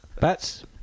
Bats